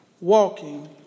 walking